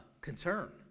concern